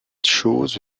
chose